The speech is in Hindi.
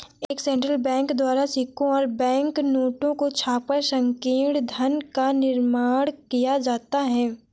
एक सेंट्रल बैंक द्वारा सिक्कों और बैंक नोटों को छापकर संकीर्ण धन का निर्माण किया जाता है